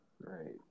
Right